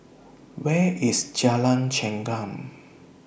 Where IS Jalan Chengam